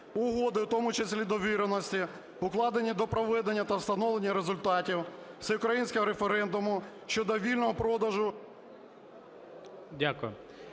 Дякую.